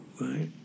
right